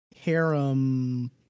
harem